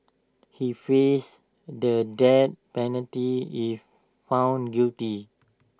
he faces the death penalty if found guilty